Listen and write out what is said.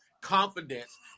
confidence